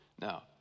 Now